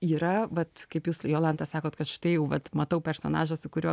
yra vat kaip jūs jolanta sakot kad štai jau vat matau personažą su kurio